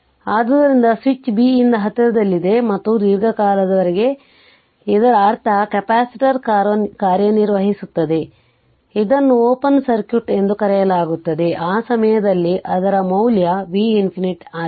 ಆದ್ದರಿಂದ switch B ಯಿಂದ ಹತ್ತಿರದಲ್ಲಿದೆ ಮತ್ತು ದೀರ್ಘಕಾಲದವರೆಗೆ ಇದರರ್ಥ ಕೆಪಾಸಿಟರ್ ಕಾರ್ಯನಿರ್ವಹಿಸುತ್ತದೆ ಇದನ್ನು ಓಪನ್ ಸರ್ಕ್ಯೂಟ್ ಎಂದು ಕರೆಯಲಾಗುತ್ತದೆ ಆ ಸಮಯದಲ್ಲಿ ಅದರ ಮೌಲ್ಯ V ∞ ಆಗಿದೆ